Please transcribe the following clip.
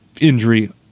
injury